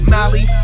Molly